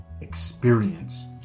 experience